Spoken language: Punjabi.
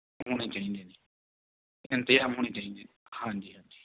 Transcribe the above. ਹੋਣੇ ਚਾਹੀਦੇ ਨੇ ਇੰਤਜ਼ਾਮ ਹੋਣੇ ਚਾਹੀਦੀ ਹਾਂਜੀ ਹਾਂਜੀ